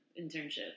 internship